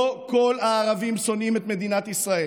לא כל הערבים שונאים את מדינת ישראל,